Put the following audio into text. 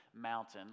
mountain